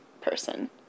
person